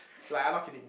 like I'm not kidding